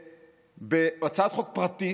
בהצעת חוק פרטית.